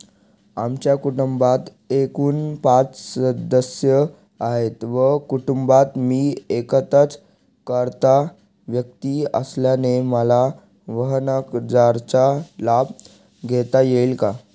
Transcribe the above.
आमच्या कुटुंबात एकूण पाच सदस्य आहेत व कुटुंबात मी एकटाच कर्ता व्यक्ती असल्याने मला वाहनकर्जाचा लाभ घेता येईल का?